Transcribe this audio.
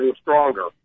stronger